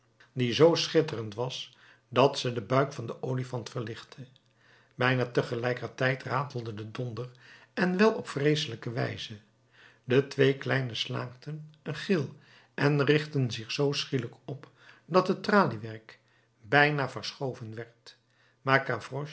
die zoo schitterend was dat ze den buik van den olifant verlichtte bijna tegelijkertijd ratelde de donder en wel op vreeselijke wijze de twee kleinen slaakten een gil en richtten zich zoo schielijk op dat het traliewerk bijna verschoven werd